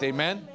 Amen